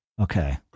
Okay